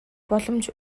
боломж